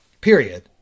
period